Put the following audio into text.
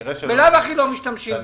בלאו הכי לא משתמשים בזה.